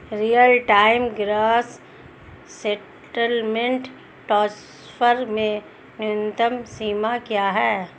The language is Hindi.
Real time gross settlement transfer में न्यूनतम सीमा क्या है?